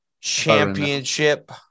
championship